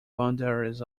boundaries